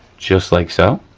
just like so.